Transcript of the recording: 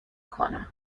کنم